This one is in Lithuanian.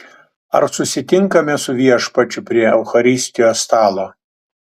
ar susitinkame su viešpačiu prie eucharistijos stalo